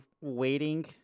waiting